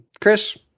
Chris